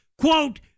quote